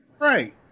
Right